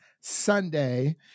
Sunday